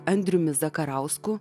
andriumi zakarausku